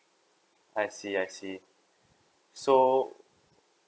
I see I see so